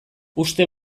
uste